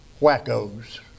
wackos